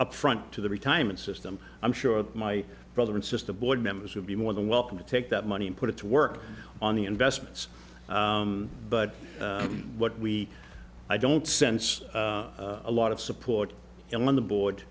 up front to the retirement system i'm sure my brother and sister board members would be more than welcome to take that money and put it to work on the investments but what we i don't sense a lot of support and when the board